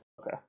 Okay